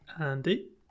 Andy